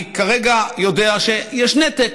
אני יודע שיש כרגע נתק,